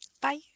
Bye